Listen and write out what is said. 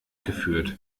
geführt